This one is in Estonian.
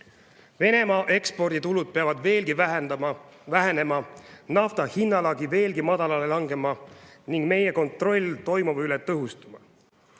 Venemaa eksporditulud peavad veelgi vähenema, nafta hinnalagi peab veelgi madalamale langema ning meie kontrolli toimuva üle peab tõhustuma.